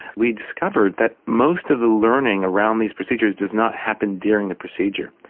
we discovered that most of the learning around these procedures does not happen during the procedure,